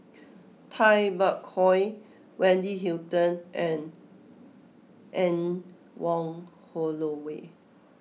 Tay Bak Koi Wendy Hutton and Anne Wong Holloway